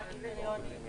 מה הקריטריונים.